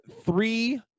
Three